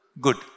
good